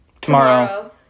Tomorrow